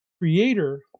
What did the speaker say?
creator